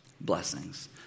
blessings